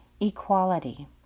equality